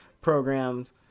programs